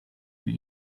see